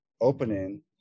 opening